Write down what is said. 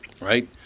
right